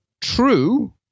true